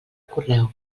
correu